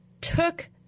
took